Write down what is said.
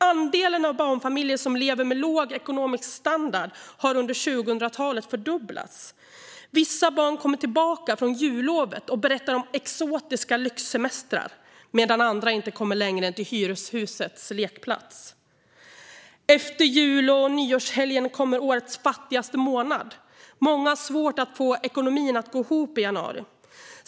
Andelen barnfamiljer som lever med låg ekonomisk standard har fördubblats under 2000-talet. Vissa barn kommer tillbaka från jullovet och berättar om exotiska lyxsemestrar medan andra inte har kommit längre än till hyreshusets lekplats. Efter jul och nyårshelgerna kommer årets fattigaste månad. Många har svårt att få ekonomin att gå ihop i januari.